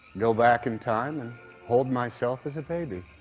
go back in time and hold myself as a baby.